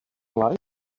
lights